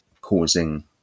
causing